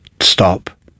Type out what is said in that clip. stop